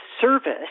service